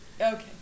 Okay